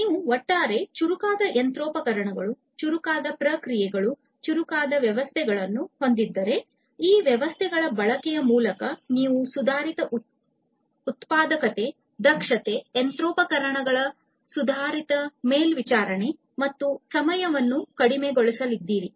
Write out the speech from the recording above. ನೀವು ಒಟ್ಟಾರೆ ಚುರುಕಾದ ಯಂತ್ರೋಪಕರಣಗಳು ಚುರುಕಾದ ಪ್ರಕ್ರಿಯೆಗಳು ಚುರುಕಾದ ವ್ಯವಸ್ಥೆಗಳನ್ನು ಹೊಂದಿದ್ದರೆ ಈ ವ್ಯವಸ್ಥೆಗಳ ಬಳಕೆಯ ಮೂಲಕ ನೀವು ಸುಧಾರಿತ ಉತ್ಪಾದಕತೆ ದಕ್ಷತೆ ಯಂತ್ರೋಪಕರಣಗಳ ಸುಧಾರಿತ ಮೇಲ್ವಿಚಾರಣೆ ಮತ್ತು ಸಮಯವನ್ನು ಕಡಿಮೆಗೊಳಿಸಲಿದ್ದೀರಿ